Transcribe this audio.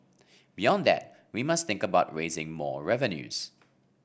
beyond that we must think about raising more revenues